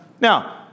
Now